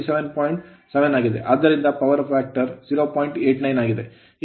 ಆದ್ದರಿಂದ power factor 0